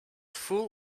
full